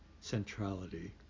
centrality